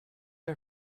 are